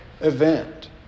event